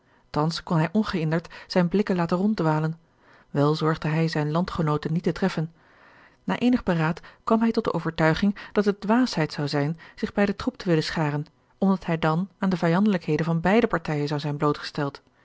thans kon hij ongehinderd zijne blikken laten ronddwalen wel zorgde hij zijne landgenooten niet te treffen na eenig beraad kwam bij tot de overtuiging dat het dwaasheid zou zijn zich bij den troep te willen scharen omdat hij dan aan de vijandelijkheden van beide partijen zou zijn blootgesteld